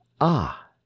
Ah